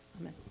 amen